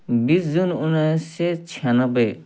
बिस जनवरी उन्नाइस सय छ्यानब्बे